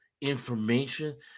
information